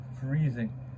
freezing